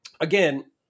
again